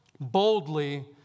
boldly